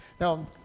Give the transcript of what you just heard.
Now